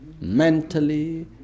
mentally